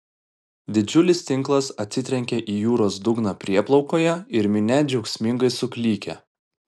didžiulis tinklas atsitrenkia į jūros dugną prieplaukoje ir minia džiaugsmingai suklykia